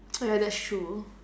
oh ya that's true